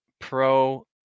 pro